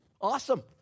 Awesome